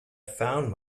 found